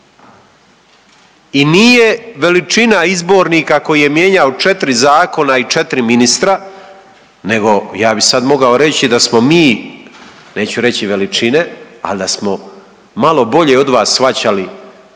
I nije veličina izbornika koji je mijenjao 4 zakona i 4 ministra, nego ja bih sad mogao reći da smo mi neću reći veličine, ali da smo malo bolje od vas shvaćali ovu